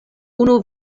unu